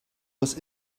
was